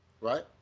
right